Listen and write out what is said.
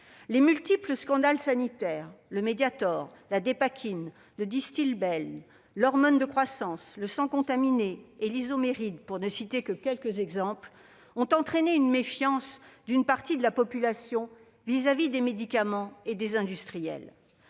Les multiples scandales sanitaires- le Mediator, la Dépakine, le Distilbène, l'hormone de croissance, le sang contaminé et l'Isoméride, pour ne citer que quelques exemples -ont entraîné une méfiance d'une partie de la population envers les médicaments et les industriels.